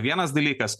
vienas dalykas